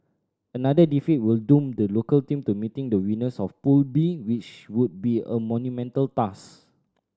another defeat will doom the local team to meeting the winners of Pool B which would be a monumental task